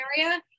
area